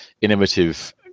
innovative